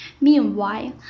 Meanwhile